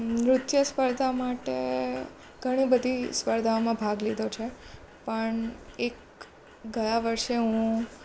નૃત્ય સ્પર્ધા માટે ઘણી બધી સ્પર્ધામાં ભાગ લીધો છે પણ એક ગયા વર્ષે હું